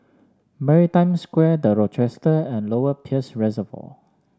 Maritime Square The Rochester and Lower Peirce Reservoir